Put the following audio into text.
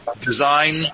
design